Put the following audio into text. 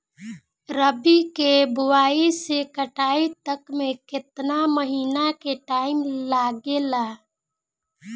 रबी के बोआइ से कटाई तक मे केतना महिना के टाइम लागेला?